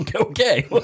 Okay